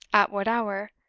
at what hour?